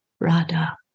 Radha